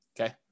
Okay